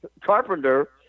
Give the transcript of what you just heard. Carpenter